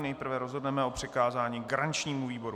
Nejprve rozhodneme o přikázání garančnímu výboru.